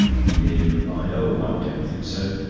he merely replied oh! i don't think so.